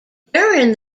during